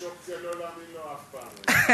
יש אופציה לא להאמין לו אף פעם,